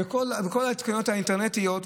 בכל הרשתות האינטרנטיות,